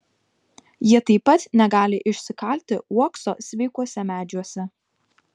jie taip pat negali išsikalti uokso sveikuose medžiuose